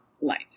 life